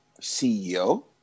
CEO